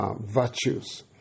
virtues